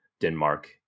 Denmark